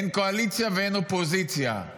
אין קואליציה ואין אופוזיציה.